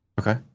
okay